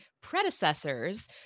predecessors